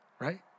right